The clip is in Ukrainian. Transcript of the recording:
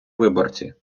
виборці